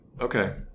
okay